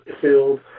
field